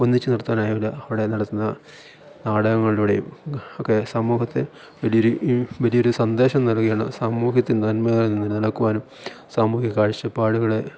ഒന്നിച്ചു നടത്താനായില്ല അവിടെ നടത്തുന്ന നാടകങ്ങളിലൂടെയും ഒക്കെ സമൂഹത്തെ വലിയ ഒരു സന്ദേശം നൽകുകയാണ് സമൂഹത്തിൽ നന്മ നിലനിൽക്കുവാനും സാമൂഹിക കാഴ്ചപ്പാടുകളെ